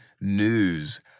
news